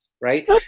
right